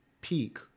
peak